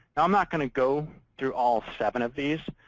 i'm not going to go through all seven of these.